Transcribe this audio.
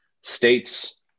states